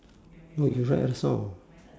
what you write a song